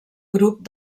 grup